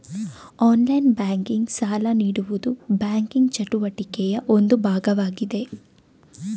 online banking, ಸಾಲ ನೀಡುವುದು banking ಚಟುವಟಿಕೆಯ ಒಂದು ಭಾಗವಾಗಿದೆ